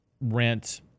rent